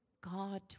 God